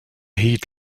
heat